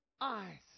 eyes